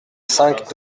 cinq